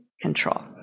control